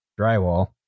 drywall